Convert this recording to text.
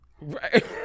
Right